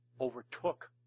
overtook